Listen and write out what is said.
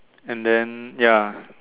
and then ya